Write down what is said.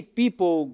people